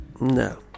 No